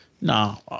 no